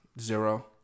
Zero